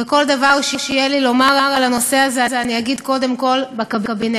וכל דבר שיהיה לי לומר על הנושא הזה אגיד קודם כול בקבינט,